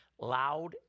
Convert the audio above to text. loud